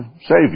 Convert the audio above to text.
Savior